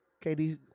Katie